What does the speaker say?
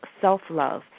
self-love